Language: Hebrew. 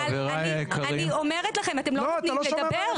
אני אומרת לכם, אתם לא נותנים לי לדבר.